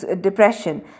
depression